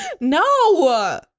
No